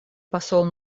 посол